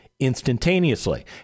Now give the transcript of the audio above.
Instantaneously